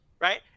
right